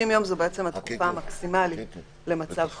60 יום הם התקופה המקסימלית למצב חירום.